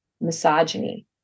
misogyny